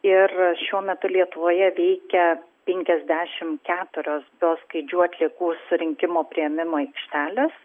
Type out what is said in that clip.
ir šiuo metu lietuvoje veikia penkiasdešim keturios tos skaidžių atliekų surinkimo priėmimo aikštelės